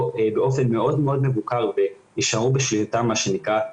או באופן מאוד מאוד מבוקר ויישארו בשליטה מה שנקרא,